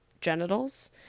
genitals